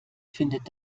findet